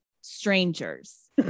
strangers